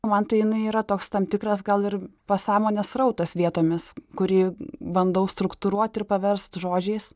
man tai jinai yra toks tam tikras gal ir pasąmonės srautas vietomis kurį bandau struktūruot ir paverst žodžiais